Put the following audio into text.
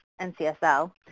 NCSL